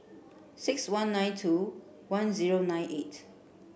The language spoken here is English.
six one nine two one zero nine eight